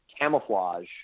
camouflage